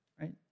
right